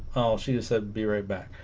oh she just said be right back